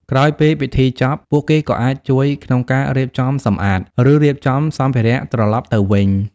ក្រោយពេលពិធីចប់ ពួកគេក៏អាច ជួយក្នុងការរៀបចំសម្អាត ឬរៀបចំសម្ភារៈត្រឡប់ទៅវិញ។